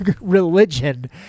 Religion